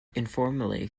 informally